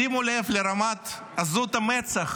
שימו לב לרמת עזות המצח